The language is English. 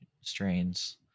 strains